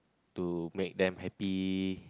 to make them happy